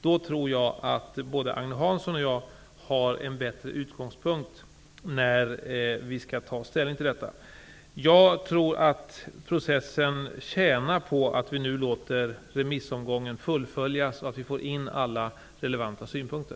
Därefter tror jag att både Agne Hansson och jag kommer att ha en bättre utgångspunkt för att ta ställning. Jag tror att processen tjänar på att vi låter remissomgången fullföljas så att vi får in alla relevanta synpunkter.